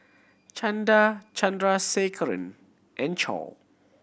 Chanda Chandrasekaran and Choor